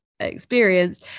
Experience